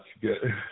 good